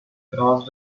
cross